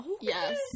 Yes